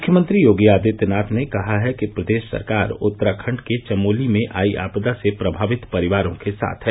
मुख्यमंत्री योगी आदित्यनाथ ने कहा है कि प्रदेश सरकार उत्तराखंड के चमोली में आई आपदा से प्रभावित परिवारों के साथ है